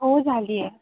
हो झाली आहे